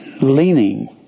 leaning